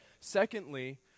secondly